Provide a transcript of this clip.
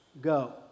go